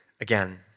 again